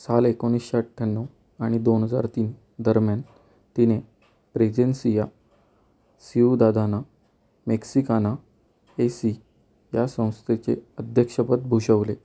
साल एकोणीसशे अठ्ठ्याण्णव आणि दोन हजार तीन दरम्यान तिने Presencia Ciudadana Mexicana A C या संस्थेचे अध्यक्षपद भुषवले